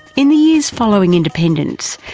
in the years following independence,